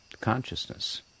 consciousness